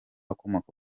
akomoka